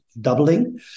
doubling